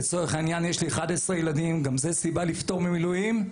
יש לי 11 ילדים וגם זאת סיבה לפטור ממילואים,